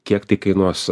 kiek tai kainuos